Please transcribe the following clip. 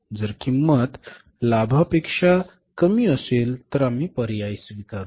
जर किंमत लाभापेक्षा कमी असेल तर आम्ही पर्याय स्वीकारू